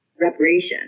reparation